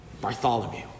Bartholomew